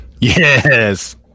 yes